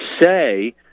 say